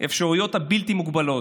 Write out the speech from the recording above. האפשרויות הבלתי-מוגבלות,